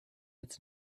its